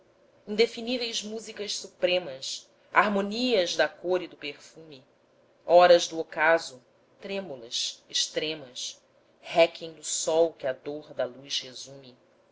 indefiníveis músicas supremas harmonias da cor e do perfume horas do ocaso trêmulas extremas réquiem do sol que a dor da luz resume